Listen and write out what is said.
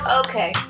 okay